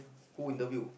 who interview